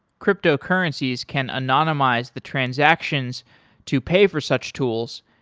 cryptocurrencies can anonymize the transactions to pay for such tools,